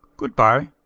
good-bye.